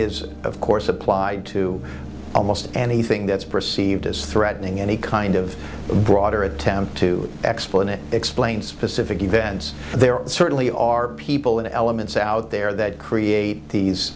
is of course applied to almost anything that's perceived as threatening any kind of broader attempt to exploit it explains specific events there certainly are people and elements out there that create these